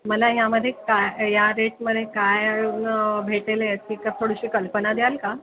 मला यामध्ये काय या रेट मध्ये काय भेटेले याची क का थोडीशी कल्पना द्याल का